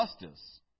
justice